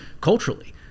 culturally